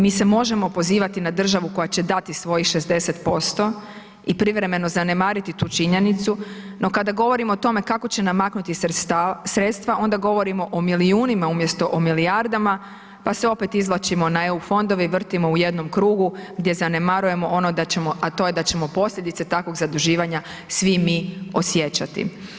Mi se možemo pozivati na državu koja će dati svojih 60% i privremeno zanemariti tu činjenicu no kada govorimo o tome kako će namaknuti sredstva onda govorimo o milijunima umjesto o milijardama pa se opet izvlačimo na EU fondove i vrtimo u jednom krugu gdje zanemarujemo ono da ćemo, a to je da ćemo posljedice takvog zaduživanja svi mi osjećati.